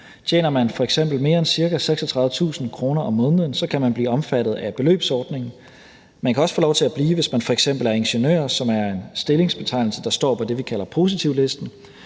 Tjener man f.eks. mere end ca. 36.000 kr. om måneden, kan man blive omfattet af beløbsordningen. Man kan også få lov til at blive, hvis man f.eks. er ingeniør, som er en stillingsbetegnelse, der står på det, vi kalder positivlisten.